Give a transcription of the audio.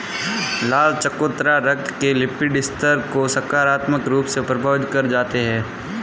लाल चकोतरा रक्त के लिपिड स्तर को सकारात्मक रूप से प्रभावित कर जाते हैं